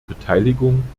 beteiligung